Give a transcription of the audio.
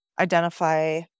identify